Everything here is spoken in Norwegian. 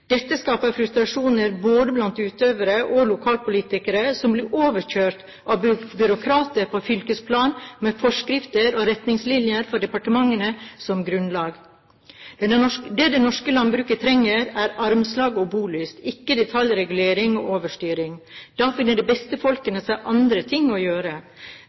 Dette skaper frustrasjon både blant utøvere og lokalpolitikere som blir overkjørt av byråkratene på fylkesplan med forskrifter og retningslinjer fra departementene som grunnlag. Det det norske landbruket trenger, er armslag og bolyst, ikke detaljregulering og overstyring. Da finner de beste folkene seg andre ting å gjøre.